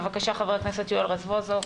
בבקשה, חבר הכנסת יואל רזבוזוב.